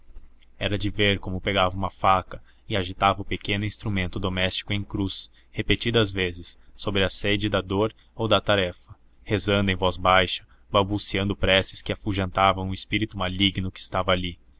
era de ver como pegava uma faca e agitava o pequeno instrumento doméstico em cruz repetidas vezes sobre a sede da dor ou da tarefa rezando em voz baixa balbuciando preces que afugentavam o espírito maligno que estava ali